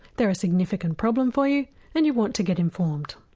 they're a significant problem for you and you want to get informed.